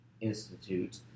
institute